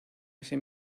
ese